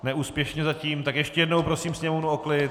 Neúspěšně zatím, tak ještě jednou prosím sněmovnu o klid..